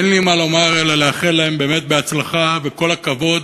אין לי מה לומר אלא לאחל להם באמת בהצלחה וכל הכבוד.